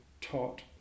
taught